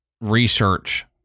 research